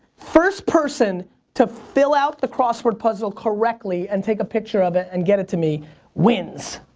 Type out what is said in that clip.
first person to fill out the crossword puzzle correctly and take a picture of it and get it to me wins.